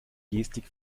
gestik